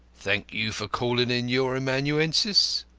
thank you for calling in your amanuensis,